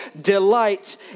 delight